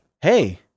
hey